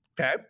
okay